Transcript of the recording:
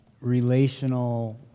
relational